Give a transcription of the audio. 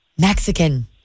Mexican